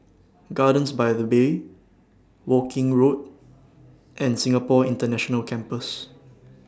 Gardens By The Bay Woking Road and Singapore International Campus